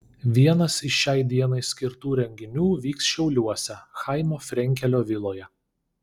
vienas iš šiai dienai skirtų renginių vyks šiauliuose chaimo frenkelio viloje